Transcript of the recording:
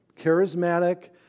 charismatic